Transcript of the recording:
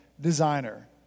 designer